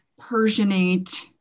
Persianate